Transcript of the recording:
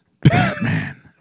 Batman